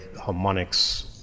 harmonics